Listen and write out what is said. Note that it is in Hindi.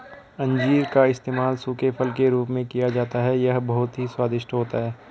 अंजीर का इस्तेमाल सूखे फल के रूप में किया जाता है यह बहुत ही स्वादिष्ट होता है